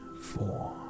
four